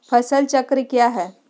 फसल चक्रण क्या है?